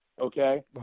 Okay